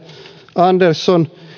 andersson